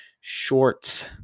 shorts